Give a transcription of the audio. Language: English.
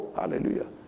hallelujah